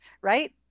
right